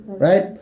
right